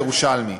את הקהל הירושלמי,